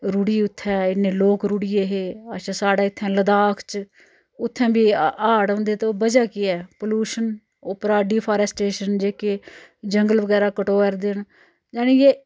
रुढ़ी उत्थें इन्ने लोक रुढ़ी गे हे अच्छा साढ़ै इत्थें लद्दाख च उत्थें बी हाड़ औंदे ते बजह् केह् ऐ पल्यूशन उप्परा डि फारैस्टेशन जेह्के जंगल बगैरा कटोऐ'रदे न जानि कि